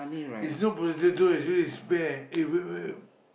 is not potato is way is spare eh wait wait